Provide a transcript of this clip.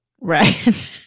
right